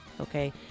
Okay